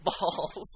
balls